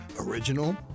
original